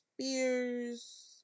Spears